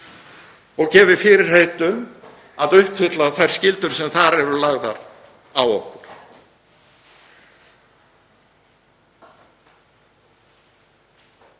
og gefið fyrirheit um að uppfylla þær skyldur sem þar eru lagðar á okkur.